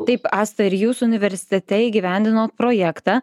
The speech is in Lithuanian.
taip asta ir jūs universitete įgyvendinot projektą